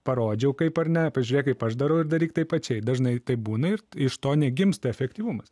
parodžiau kaip ar ne pažiūrėk kaip aš darau ir daryk taip pačiai dažnai taip būna ir iš to negimsta efektyvumas